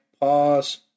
Pause